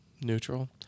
Neutral